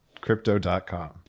crypto.com